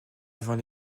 avant